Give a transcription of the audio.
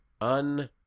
un